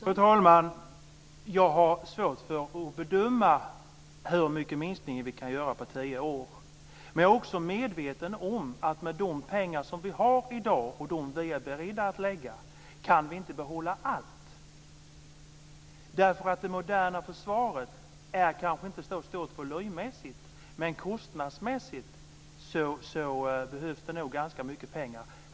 Fru talman! Jag har svårt att bedöma hur stora minskningar vi kan göra på tio år. Jag är också medveten om att med de pengar vi har i dag och dem vi är beredda att lägga på detta, kan vi inte behålla allt. Det moderna försvaret är kanske inte så stort volymmässigt, men kostnadsmässigt behövs det nog ganska mycket pengar.